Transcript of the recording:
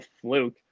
fluke